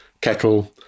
kettle